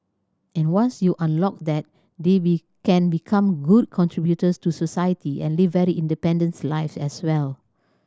and once you unlock that they be can become good contributors to society and live very independent life as well